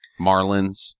marlins